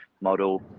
model